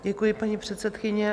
Děkuji, paní předsedkyně.